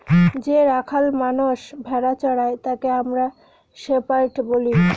যে রাখাল মানষ ভেড়া চোরাই তাকে আমরা শেপার্ড বলি